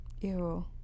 Ew